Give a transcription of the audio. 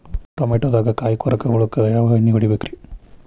ಟಮಾಟೊದಾಗ ಕಾಯಿಕೊರಕ ಹುಳಕ್ಕ ಯಾವ ಎಣ್ಣಿ ಹೊಡಿಬೇಕ್ರೇ?